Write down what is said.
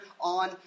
on